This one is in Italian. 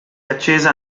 accesa